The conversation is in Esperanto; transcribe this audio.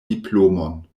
diplomon